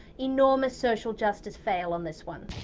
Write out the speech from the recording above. you know um social justice fail on this one.